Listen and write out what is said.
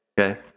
Okay